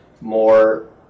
more